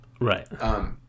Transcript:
right